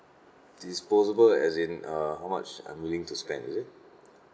disposable as in uh how much I'm willing to spend is it